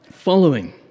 following